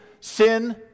sin